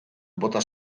bota